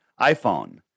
iPhone